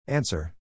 Answer